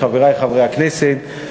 חברי חברי הכנסת,